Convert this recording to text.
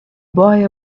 boy